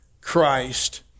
Christ